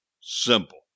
Simple